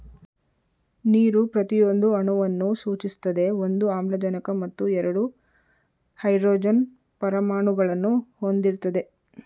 ನೀರು ಪ್ರತಿಯೊಂದು ಅಣುವನ್ನು ಸೂಚಿಸ್ತದೆ ಒಂದು ಆಮ್ಲಜನಕ ಮತ್ತು ಎರಡು ಹೈಡ್ರೋಜನ್ ಪರಮಾಣುಗಳನ್ನು ಹೊಂದಿರ್ತದೆ